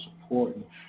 supporting